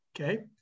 Okay